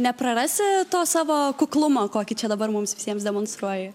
neprarasi to savo kuklumo kokį čia dabar mums visiems demonstruoji